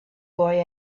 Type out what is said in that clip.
boy